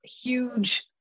huge